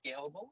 scalable